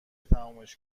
تمومش